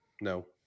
No